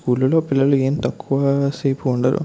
స్కూల్లలో పిల్లలు ఏం తక్కువసేపు ఉండరు